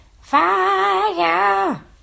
Fire